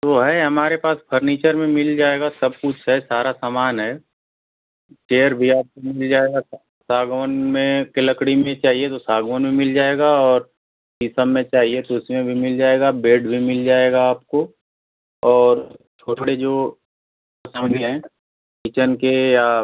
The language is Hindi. तो है हमारे पास फर्नीचर में मिल जाएगा सब कुछ है सारा सामान है चेयर भी आपको मिल जाएगी सागवान में की लकड़ी में चाहिए तो सागवन में मिल जाएगा और इन सब में चाहिए तो इसमें भी मिल जाएगा बेड भी मिल जाएगा आपको और छोटी छोटी जो सामग्री हैं किचन की या